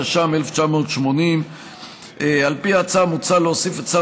התש"ם 1980. בהצעה מוצע להוסיף את שר